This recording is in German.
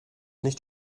nicht